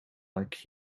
like